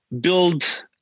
build